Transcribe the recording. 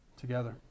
together